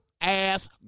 ass